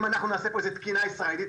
אם אנחנו נעשה פה איזו תקינה ישראלית,